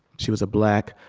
she was a black,